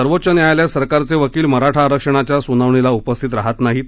सर्वोच्च न्यायालयात सरकारचे वकील मराठा आरक्षणाच्या सुनावणीला उपस्थित राहत नाहीत